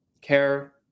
care